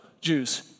Jews